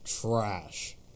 Trash